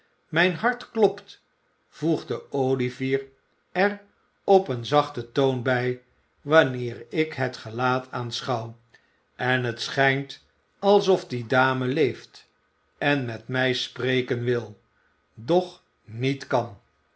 mijn hart klopt voegde olivier er op een zachten toon bij wanneer ik dat gelaat aanschouw en het schijnt alsof die darne leeft en met mij spreken wil doch niet kan